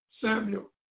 Samuel